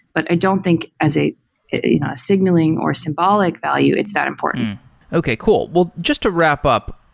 but i don't think as a a signaling, or symbolic value it's that important okay, cool. well just to wrap-up,